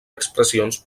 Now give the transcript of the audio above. expressions